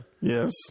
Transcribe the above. yes